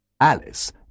Alice